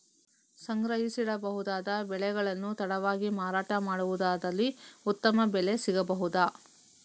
ಸಂಗ್ರಹಿಸಿಡಬಹುದಾದ ಬೆಳೆಗಳನ್ನು ತಡವಾಗಿ ಮಾರಾಟ ಮಾಡುವುದಾದಲ್ಲಿ ಉತ್ತಮ ಬೆಲೆ ಸಿಗಬಹುದಾ?